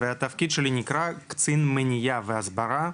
והתפקיד שלי נקרא קצין מניעה והסברה,